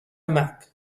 معك